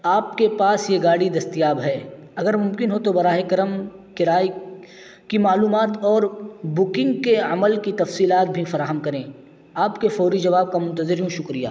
آپ کے پاس یہ گاڑی دستیاب ہے اگر ممکن ہو تو براہ کرم کرائے کی معلومات اور بکنگ کے عمل کی تفصیلات بھی فراہم کریں آپ کے فوری جواب کا منتظر ہوں شکریہ